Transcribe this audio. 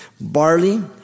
Barley